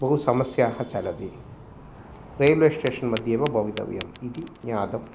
बहु समस्याः चलन्ति रैल्वेश्टेशन्मध्ये एव भवितव्यम् इति ज्ञातम्